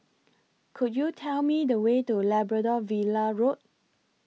Could YOU Tell Me The Way to Labrador Villa Road